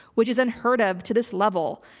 which is unheard of to this level.